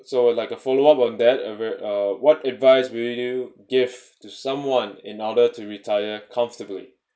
so like a follow-up on that and w~ uh what advice would you give to someone in order to retire comfortably